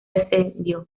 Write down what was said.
descendió